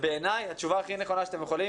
בעיניי התשובה הכי נכונה שאתם יכולים,